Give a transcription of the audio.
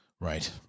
Right